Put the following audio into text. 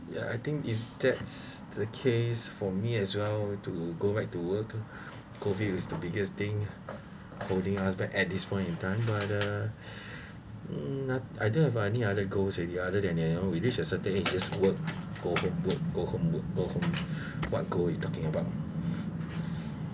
yeah I think if that's the case for me as well to go back to work go views the biggest thing holding us back at this point in time by the um I don't have any other goals already other than you know we reach at certain ages work go home work go home work go home work what goal you talking about